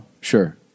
Sure